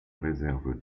réserve